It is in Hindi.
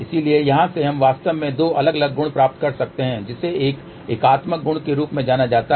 इसलिए यहाँ से हम वास्तव में दो अलग अलग गुण प्राप्त कर सकते हैं जिसे एक एकात्मक गुण के रूप में जाना जाता है